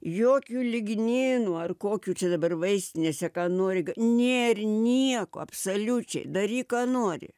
jokių ligninų ar kokių čia dabar vaistinėse ką nori nėr nieko absoliučiai daryk ką nori